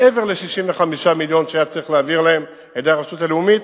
מעבר ל-65 מיליון שהיה צריך להעביר להם על-ידי הרשות הלאומית,